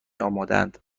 آمادهاند